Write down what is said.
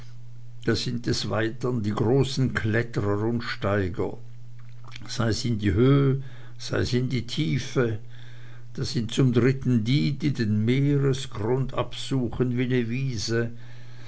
da sind des weiteren die großen kletterer und steiger sei's in die höh sei's in die tiefe da sind zum dritten die die den meeresgrund absuchen wie ne wiese